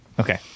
Okay